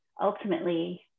ultimately